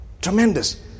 tremendous